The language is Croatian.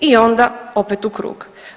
I onda opet u krug.